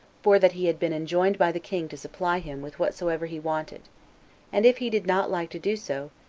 for that he had been enjoined by the king to supply him with whatsoever he wanted and if he did not like to do so,